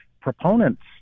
proponents